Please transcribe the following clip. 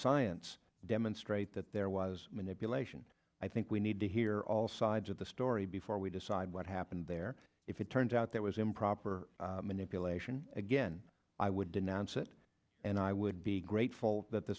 science demonstrate that there was manipulation i think we need to hear all sides of the story before we decide what happened there if it turns out there was improper manipulation again i would denounce it and i would be grateful that the